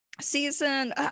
season